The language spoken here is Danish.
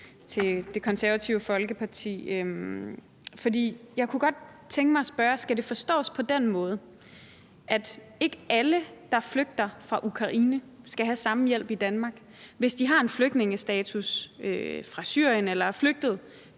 med Det Konservative Folkepartis holdning. Jeg kunne godt tænke mig at spørge: Skal det forstås på den måde, at ikke alle, der flygter fra Ukraine, skal have den samme hjælp i Danmark? Selv hvis de har status som flygtning fra Syrien eller er flygtet